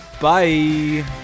Bye